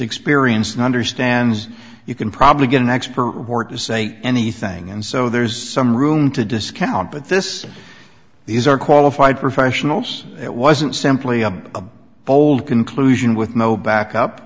experienced and understands you can probably get an expert or to say anything and so there's some room to discount but this these are qualified professionals it wasn't simply a bold conclusion with no back up